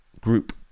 group